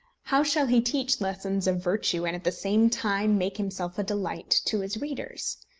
how shall he teach lessons of virtue and at the same time make himself a delight to his readers?